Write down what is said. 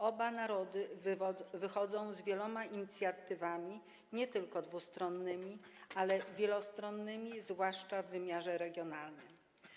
Oba narody wychodzą z wieloma inicjatywami nie tylko dwustronnymi, ale i wielostronnymi, zwłaszcza w wymiarze regionalnym.